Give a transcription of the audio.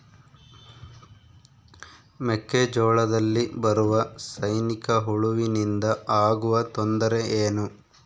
ಮೆಕ್ಕೆಜೋಳದಲ್ಲಿ ಬರುವ ಸೈನಿಕಹುಳುವಿನಿಂದ ಆಗುವ ತೊಂದರೆ ಏನು?